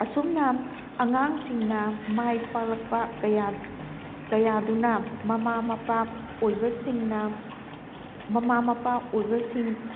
ꯑꯁꯨꯝꯅ ꯑꯉꯥꯡꯁꯤꯡꯅ ꯃꯥꯏ ꯄꯥꯛꯂꯛꯄ ꯀꯌꯥ ꯀꯌꯥꯗꯨꯅ ꯃꯃꯥ ꯃꯄꯥ ꯑꯣꯏꯕꯁꯤꯡꯅ ꯃꯃꯥ ꯃꯄꯥ ꯑꯣꯏꯕꯁꯤꯡ